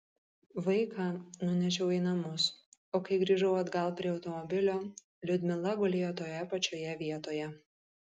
vaiką nunešiau į namus o kai grįžau atgal prie automobilio liudmila gulėjo toje pačioje vietoje